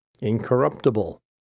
incorruptible